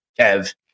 Kev